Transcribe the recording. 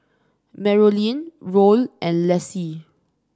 Marolyn Roll and Laci